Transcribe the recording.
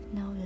no